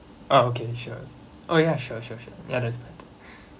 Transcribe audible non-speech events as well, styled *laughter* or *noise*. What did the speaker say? oh okay sure oh ya sure sure sure ya that's fine *breath*